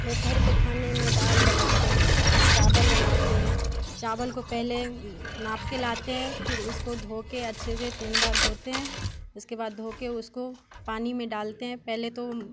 दोपहर के खाने में दाल बनाते हैं चावल बनाते हैं चावल को पहले नाप के लाते हैं फिर उसको धोके अच्छे से तीन बार धोते हैं उसके बाद धोके उसको पानी में डालते हैं पहले तो